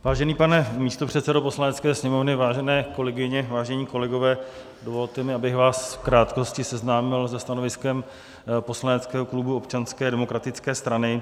Vážený pane místopředsedo Poslanecké sněmovny, vážené kolegyně, vážení kolegové, dovolte mi, abych vás v krátkosti seznámil se stanoviskem poslaneckého klubu Občanské demokratické strany.